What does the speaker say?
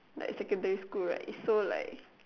like secondary school right it's so like